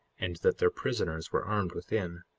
and that their prisoners were armed within.